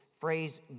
phrase